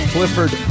Clifford